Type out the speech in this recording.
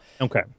Okay